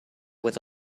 with